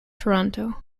toronto